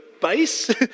base